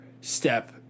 step